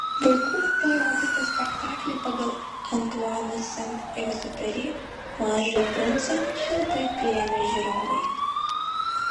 vaikų parodytą spektaklį pagal antuano sent egziuperi mažąjį princą šiltai priėmė žiūrovai